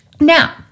Now